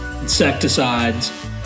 insecticides